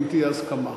אם תהיה הסכמה.